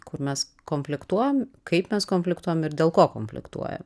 kur mes konfliktuojam kaip mes konfliktuojam ir dėl ko konfliktuojam